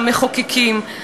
המחוקקים.